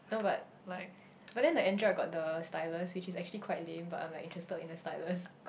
like